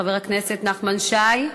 חבר הכנסת נחמן שי,